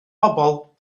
pobl